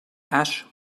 ash